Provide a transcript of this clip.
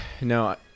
No